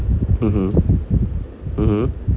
mmhmm mmhmm